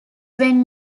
when